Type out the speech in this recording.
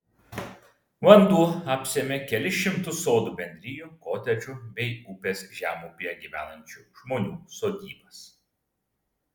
vanduo apsėmė kelis šimtus sodų bendrijų kotedžų bei upės žemupyje gyvenančių žmonių sodybas